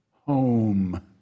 home